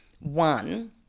one